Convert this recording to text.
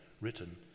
written